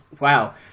Wow